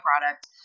product